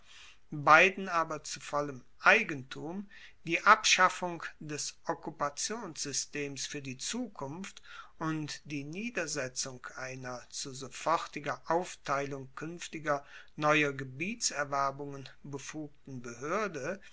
beiden aber zu vollem eigentum die abschaffung des okkupationssystems fuer die zukunft und die niedersetzung einer zu sofortiger aufteilung kuenftiger neuer gebietserwerbungen befugten behoerde